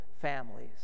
families